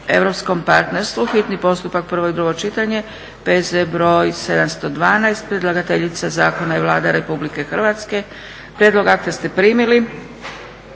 europskom partnerstvu, hitni postupak, prvo i drugo čitanje, P.Z. br. 712. Predlagateljica zakona je Vlada Republike Hrvatske. Prijedlog akta ste primili.